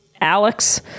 Alex